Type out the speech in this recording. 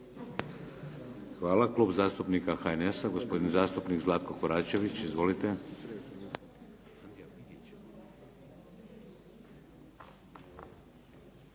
Hvala. Klub zastupnika HNS-a, gospodin zastupnik Zlatko Koračević. Izvolite.